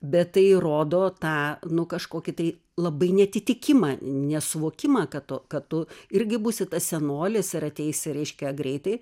bet tai rodo tą nu kažkokį tai labai neatitikimą nesuvokimą kad to kad tu irgi būsi tas senolis ir ateisi reiškia greitai